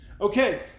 Okay